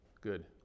Good